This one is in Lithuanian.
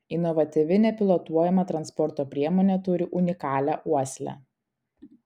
inovatyvi nepilotuojama transporto priemonė turi unikalią uoslę